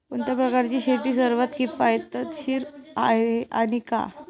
कोणत्या प्रकारची शेती सर्वात किफायतशीर आहे आणि का?